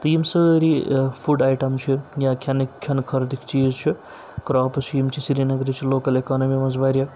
تہٕ یِم سٲری فُڈ آیٹَم چھِ یا کھٮ۪نٕکۍ کھٮ۪نہٕ خۄردٕکۍ چیٖز چھِ کرٛاپٕس چھِ یِم چھِ سرینَگرٕچ لوکَل اِکانمیی منٛز واریاہ